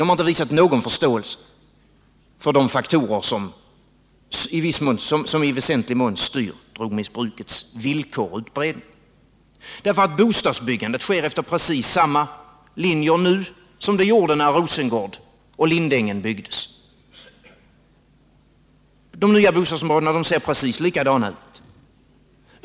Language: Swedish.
De har inte visat någon förståelse för de faktorer som i väsentlig mån styr drogmissbrukets villkor och utbredning. Bostadsbyggandet sker efter precis samma linjer nu som det gjorde när Rosengård och Lindängen byggdes. De nya bostadsområdena ser precis likadana ut.